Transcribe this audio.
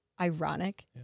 ironic